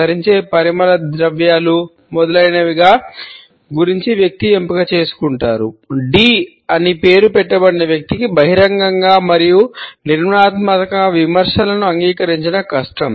D అని పేరు పెట్టబడిన వ్యక్తికి బహిరంగంగా మరియు నిర్మాణాత్మకంగా విమర్శలను అంగీకరించడం కష్టం